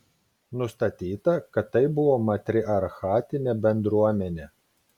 nustatyta kad tai buvo matriarchatinė bendruomenė